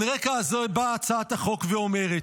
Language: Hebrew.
על הרקע הזה באה הצעת החוק ואומרת: